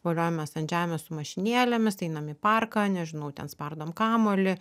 voliojamės ant žemės su mašinėlėmis einam į parką nežinau ten spardom kamuolį